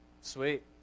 Sweet